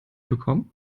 bekommen